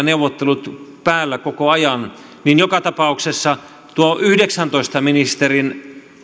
neuvottelut päällä koko ajan niin joka tapauksessa tuo yhdeksäntoista ministerin